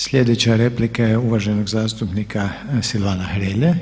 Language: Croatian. Slijedeća replika je uvaženog zastupnika Silvana Hrelje.